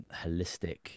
holistic